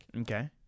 Okay